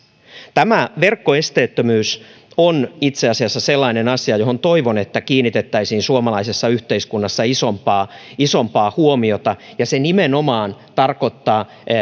tämä verkkoesteettömyys on itse asiassa sellainen asia johon toivon että kiinnitettäisiin suomalaisessa yhteiskunnassa isompaa isompaa huomiota ja se nimenomaan tarkoittaa